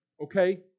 okay